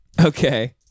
Okay